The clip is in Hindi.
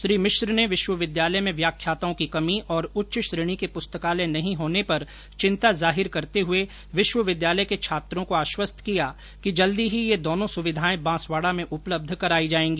श्री मिश्र ने विश्वविद्यालय में व्याख्याताओं की कमी और उच्च श्रेणी के पुस्तकालय नहीं होने पर चिंता जाहिर करते हुए विश्वविद्यालय के छात्रों को आश्वस्त किया कि जल्दी ही ये दोनों सुविधाए बांसवाड़ा में उपलब्ध करायी जाएगी